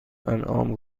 انعام